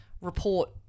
report